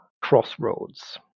crossroads